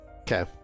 okay